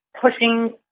pushing